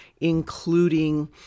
including